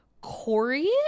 Corey